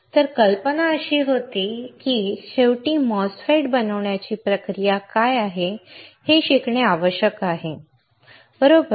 तर कल्पना अशी होती की शेवटी MOSFET बनवण्याची प्रक्रिया काय आहे हे शिकणे आवश्यक आहे बरोबर